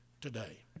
today